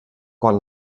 quan